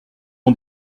ont